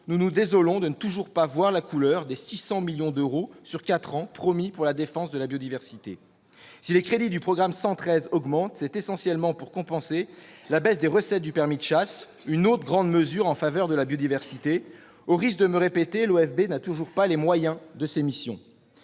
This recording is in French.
nous nous désolons de ne toujours pas voir la couleur des 600 millions d'euros sur quatre ans promis pour la défense de la biodiversité. Si les crédits du programme 113 augmentent, c'est essentiellement pour compenser la baisse des recettes du permis de chasse, autre grande mesure en faveur de la biodiversité ... Au risque de me répéter, l'OFB n'a toujours pas les moyens de remplir ses missions.